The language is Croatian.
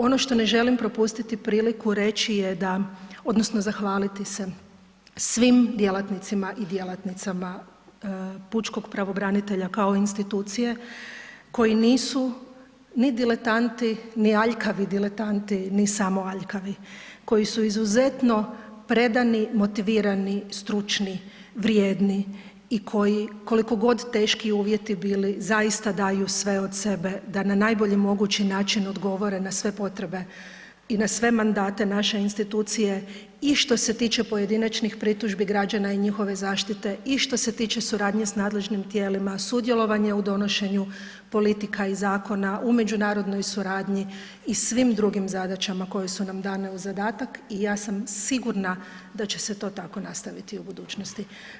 Ono što ne želim propustiti priliku reći je da, odnosno zahvaliti se svim djelatnicima i djelatnicama pučkog pravobranitelja kao institucije koji nisu ni diletanti ni aljkavi diletanti ni samo aljkavi, koji su izuzetno predani, motivirani, stručni, vrijedni i koji koliko god teški uvjeti bili, zaista daju sve od sebe da na najbolji mogući način odgovore na sve potrebe i na sve mandate naše institucije i što se tiče pojedinačnih pritužbi građana i njihove zaštite i što se tiče suradnje s nadležnim tijelima, sudjelovanje u donošenju politika i zakona u međunarodnoj suradnji i svim drugim zadaćama koje su nam dane u zadatak i ja sam sigurna da će se to tako nastaviti u budućnosti.